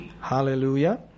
Hallelujah